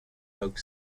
folk